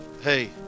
hey